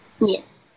Yes